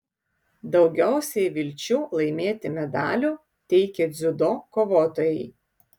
daugiausiai vilčių laimėti medalių teikė dziudo kovotojai